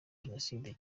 jenoside